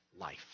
life